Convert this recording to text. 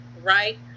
right